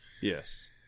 Yes